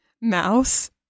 mouse